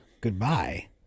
goodbye